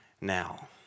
now